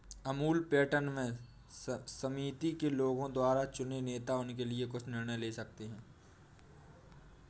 Amul pattern में समिति के लोगों द्वारा चुने नेता उनके लिए कुछ निर्णय ले सकते हैं